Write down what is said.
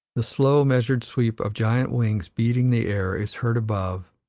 the slow, measured sweep of giant wings beating the air is heard above,